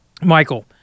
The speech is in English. Michael